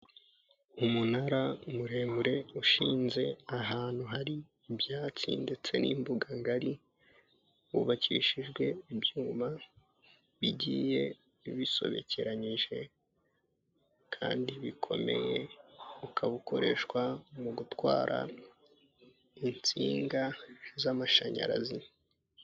Umunara muremure ushinze ahantu hari ibyatsi ndetse n'imbuga ngari wubakishijwe ibyuma bigiye bisobekeranyije kandi bikomeye ukabukoreshwa mu gutwara insinga z'amashanyarazi.